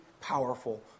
powerful